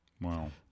Wow